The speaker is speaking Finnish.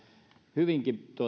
hyvinkin